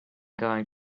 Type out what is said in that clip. going